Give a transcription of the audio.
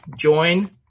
join